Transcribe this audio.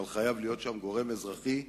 אבל חייב להיות שם גורם אזרחי,